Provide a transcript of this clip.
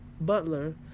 butler